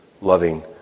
loving